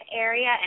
area